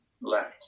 left